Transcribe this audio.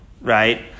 right